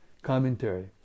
Commentary